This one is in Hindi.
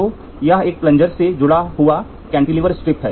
तो यह एक प्लनजर से जुड़ा हुआ कैंटीलिवर स्ट्रिप है